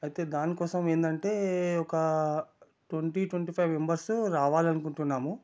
అయితే దానికోసం ఏంటంటే ఒక ట్వంటీ ట్వంటీ ఫైవ్ మెంబర్స్ రావాలి అనుకుంటున్నాము